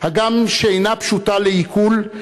הגם שאינה פשוטה לעיכול,